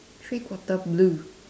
three quarter blue